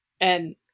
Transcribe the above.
and-